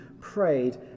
prayed